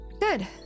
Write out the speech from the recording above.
Good